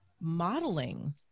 modeling